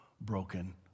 broken